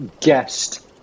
guest